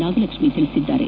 ನಾಗಲಕ್ಷ್ಮಿ ತಿಳಿಸಿದ್ದಾರೆ